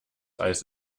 eis